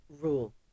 rule